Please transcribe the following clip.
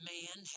Man